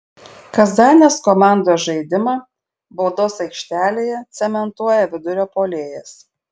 kazanės komandos žaidimą baudos aikštelėje cementuoja vidurio puolėjas